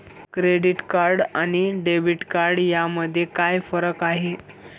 Credit card आणि debit card यामध्ये काय फरक आहे?